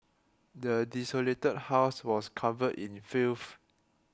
the desolated house was covered in filth